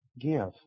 Give